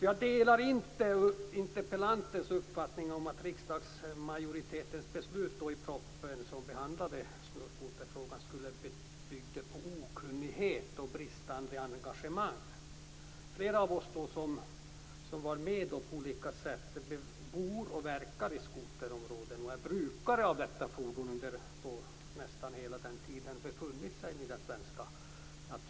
Jag delar inte interpellantens uppfattning att riksdagsmajoritetens beslut i samband med den proposition där skoterfrågan behandlades skulle bygga på okunnighet och ett bristande engagemang. Flera av oss som då var med på olika sätt bor och verkar i skoterområden och är brukare av skotern under nästan hela den tid av året som den kan användas i den svenska naturen.